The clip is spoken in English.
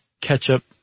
ketchup